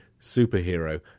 superhero